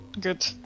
Good